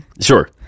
Sure